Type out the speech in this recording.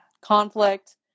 conflict